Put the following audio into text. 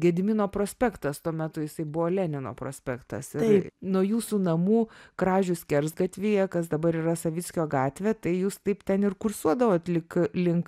gedimino prospektas tuo metu jisai buvo lenino prospektas ir nuo jūsų namų kražių skersgatvyje kas dabar yra savickio gatvė tai jūs taip ten ir kursuodavot lik link